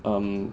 um